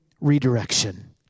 redirection